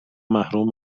محروم